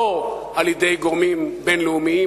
לא על-ידי גורמים בין-לאומיים,